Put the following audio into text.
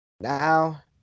Now